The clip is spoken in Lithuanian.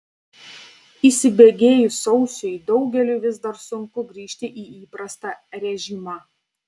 įsibėgėjus sausiui daugeliui vis dar sunku grįžti į įprastą režimą